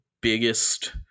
biggest